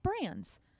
brands